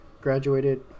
Graduated